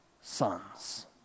sons